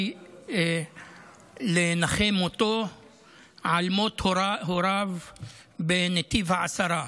לנחם אותו על מות הוריו בנתיב העשרה.